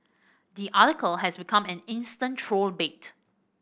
the article has become an instant troll bait